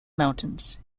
mountains